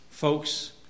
Folks